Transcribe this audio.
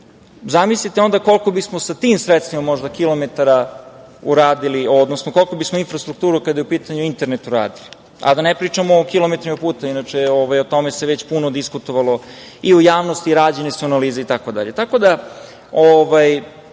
zamislite onda koliko bismo sa tim sredstvima možda kilometara uradili, odnosno koliku bismo infrastrukturu kada je u pitanju internet uradili, da ne pričamo o kilometrima puta. Inače, o tome se već puno diskutovalo i u javnosti rađene su analize itd. Tako